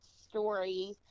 story